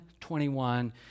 21